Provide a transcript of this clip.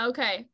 Okay